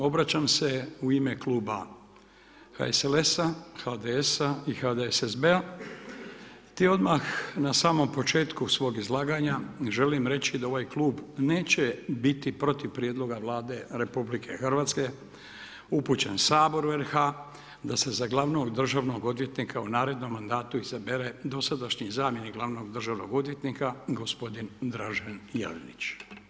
Obraćam se u ime Kluba HSLS-a, HDS-a i HDSSB-a te odmah na samom početku svog izlaganja želim reći da ovaj klub neće biti protiv prijedloga Vlade RH upućen Saboru RH da se za glavnog Državnog odvjetnika u narednom mandatu izabere dosadašnji zamjenik glavnog Državnog odvjetnika gospodin Dražen Jelinić.